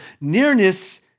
Nearness